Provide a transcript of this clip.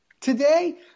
today